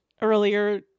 earlier